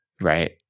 right